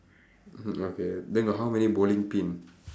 okay then got how many bowling pin